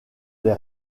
des